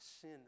sin